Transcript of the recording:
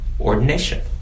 ordination